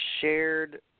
shared